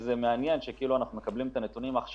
מעניין שאנחנו מקבלים את הנתונים רק עכשיו,